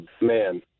man